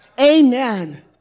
Amen